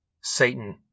Satan